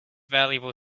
valuable